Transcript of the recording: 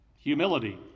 Humility